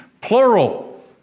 plural